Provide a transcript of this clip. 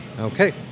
Okay